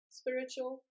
spiritual